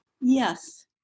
Yes